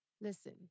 Listen